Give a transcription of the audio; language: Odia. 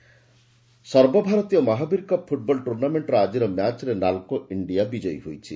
ମହାବୀର କପ୍ ପ୍ପୁଟବଲ୍ ସର୍ବଭାରତୀୟ ମହାବୀର କପ୍ ଫୁଟବଲ ଟୁର୍ଣ୍ଣାମେକ୍କର ଆଜିର ମ୍ୟାଚ୍ରେ ନାଲକୋ ଇଣ୍ଡିଆ ବିଜୟୀ ହୋଇଛି